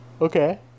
okay